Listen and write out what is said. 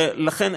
לכן,